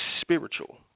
spiritual